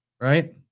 right